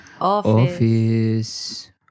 office